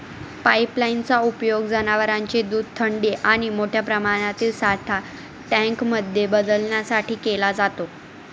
pipeline चा उपयोग जनवरांचे दूध थंडी आणि मोठ्या प्रमाणातील साठा टँक मध्ये बदलण्यासाठी केला जातो